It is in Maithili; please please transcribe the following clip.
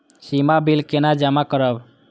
सीमा बिल केना जमा करब?